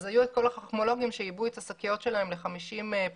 אז היו את כל החכמולוגים שעיבו את השקיות שלהם ל-50 פלוס